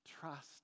trust